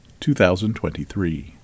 2023